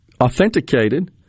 authenticated